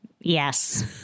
Yes